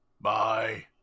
Bye